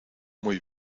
muy